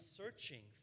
searching